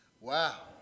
Wow